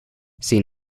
sin